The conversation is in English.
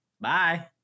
Bye